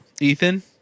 Ethan